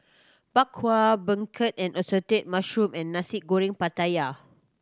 Bak Kwa Beancurd and assorted mushroom and Nasi Goreng Pattaya